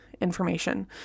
information